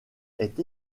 est